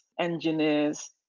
engineers